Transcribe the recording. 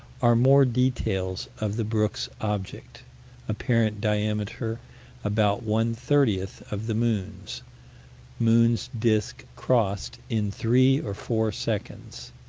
are more details of the brooks object apparent diameter about one-thirtieth of the moon's moon's disk crossed in three or four seconds.